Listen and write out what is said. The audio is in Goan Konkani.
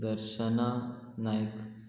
दर्शना नायक